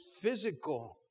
physical